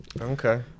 Okay